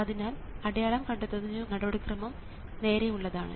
അതിനാൽ അടയാളം കണ്ടെത്തുന്നതിനുള്ള നടപടിക്രമം നേരെയുള്ളതാണ്